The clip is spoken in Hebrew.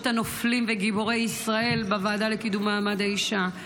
הנופלים וגיבורי ישראל בוועדה לקידום מעמד האישה.